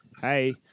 Hey